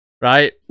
Right